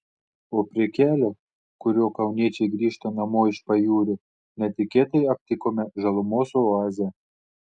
o prie kelio kuriuo kauniečiai grįžta namo iš pajūrio netikėtai aptikome žalumos oazę